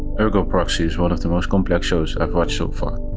ergo proxy is one of the most complex shows i've watched so far,